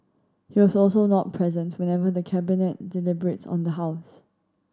he was also not present whenever the Cabinet deliberates on the house